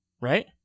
right